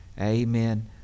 Amen